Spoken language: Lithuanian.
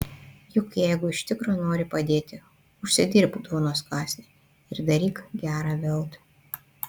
juk jeigu iš tikro nori padėti užsidirbk duonos kąsnį ir daryk gera veltui